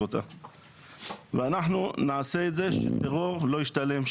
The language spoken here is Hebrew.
ואנחנו נגרום לכך שטרור לא ישתלם,